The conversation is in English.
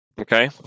Okay